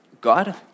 God